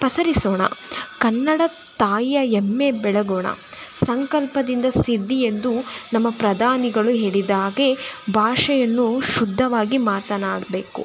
ಪಸರಿಸೋಣ ಕನ್ನಡ ತಾಯಿಯ ಹೆಮ್ಮೆ ಬೆಳಗೋಣ ಸಂಕಲ್ಪದಿಂದ ಸಿದ್ದಿ ಎಂದು ನಮ್ಮ ಪ್ರಧಾನಿಗಳು ಹೇಳಿದ ಹಾಗೆ ಭಾಷೆಯನ್ನು ಶುದ್ಧವಾಗಿ ಮಾತಾನಾಡಬೇಕು